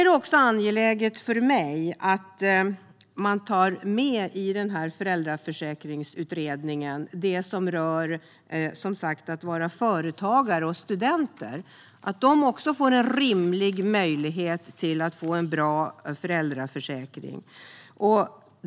Det är angeläget för mig att man i föräldraförsäkringsutredningen tar med det som rör att vara företagare och student. De måste också få en rimlig möjlighet till en bra föräldraförsäkring.